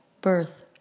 birth